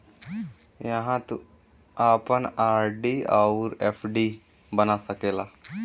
इहाँ तू आपन आर.डी अउर एफ.डी बना सकेला